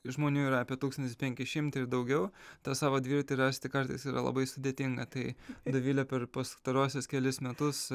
žmonių yra apie tūkstantis penki šimtai ir daugiau tą savo dviratį rasti kartais yra labai sudėtinga tai dovilė per pastaruosius kelis metus